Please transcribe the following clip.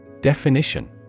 Definition